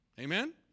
Amen